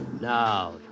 Now